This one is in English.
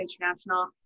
international